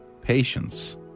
patience